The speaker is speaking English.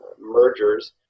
mergers